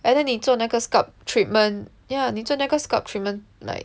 and then 你做那个 scalp treatment yeah 你做那个 scalp treatment like